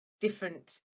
different